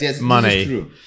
money